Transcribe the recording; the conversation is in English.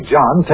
John